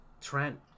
Trent